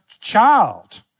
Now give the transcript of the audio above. child